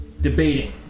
debating